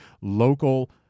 Local